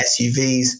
SUVs